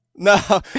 No